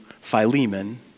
Philemon